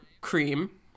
Cream